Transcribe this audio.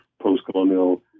post-colonial